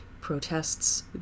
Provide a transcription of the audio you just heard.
Protests